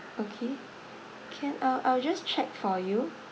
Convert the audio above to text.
okay can I'll I'll just check for you